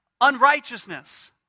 unrighteousness